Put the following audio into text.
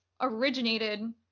originated